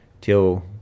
till